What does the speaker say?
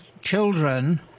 children